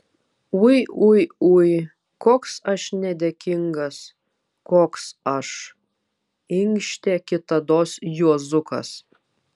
ui ui ui koks aš nedėkingas koks aš inkštė kitados juozukas